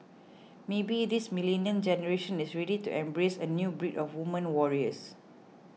maybe this millennial generation is ready to embrace a new breed of women warriors